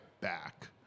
back